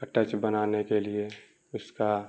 touch بنانے کے لیے اس کا